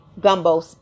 gumbo